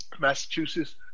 Massachusetts